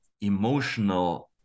emotional